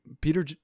peter